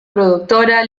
productora